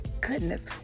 goodness